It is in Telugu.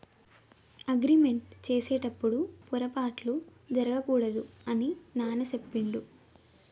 అగ్రిమెంట్ చేసేటప్పుడు పొరపాట్లు జరగకూడదు అని నాన్న చెప్పిండు